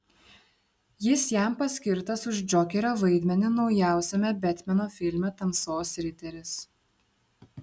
jis jam paskirtas už džokerio vaidmenį naujausiame betmeno filme tamsos riteris